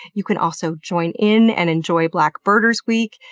you can also join in and enjoy black birders week,